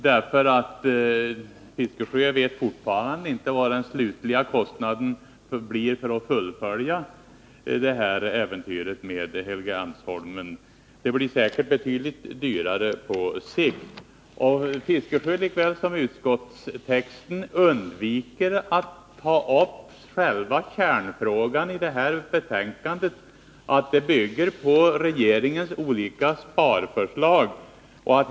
Bertil Fiskesjö vet fortfarande inte vad den slutliga kostnaden blir för att fullfölja äventyret med Helgeandsholmen — och det blir säkert betydligt dyrare på sikt. Bertil Fiskesjö undviker, lika väl som utskottstexten, att ta upp själva kärnfrågan i det här betänkandet, nämligen att det bygger på regeringens olika sparförslag.